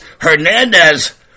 Hernandez